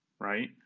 right